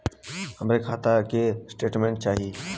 हमरे खाता के स्टेटमेंट चाही?